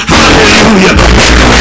Hallelujah